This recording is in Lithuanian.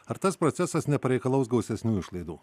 ar tas procesas nepareikalaus gausesnių išlaidų